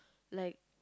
like